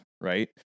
right